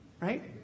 Right